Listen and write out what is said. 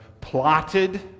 plotted